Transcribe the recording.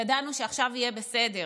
ידענו שעכשיו יהיה בסדר